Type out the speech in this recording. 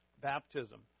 baptism